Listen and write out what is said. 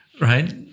right